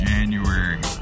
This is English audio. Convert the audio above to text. January